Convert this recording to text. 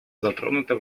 затронута